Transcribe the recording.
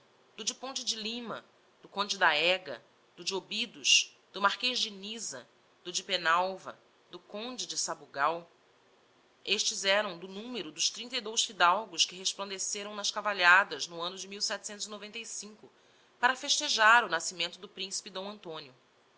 do de ponte de lima do conde da ega do de obidos do marquez de nisa do de penalva do conde de s lourenço do visconde de barbacena do marquez de tancos do conde de sabugal estes eram do numero dos trinta e dous fidalgos que resplandeceram nas cavalhadas no anno de para festejar o nascimento do principe d antonio